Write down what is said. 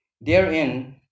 Therein